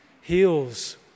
heals